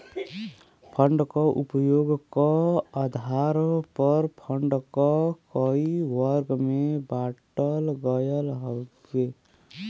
fund क उपयोग क आधार पर फण्ड क कई वर्ग में बाँटल गयल हउवे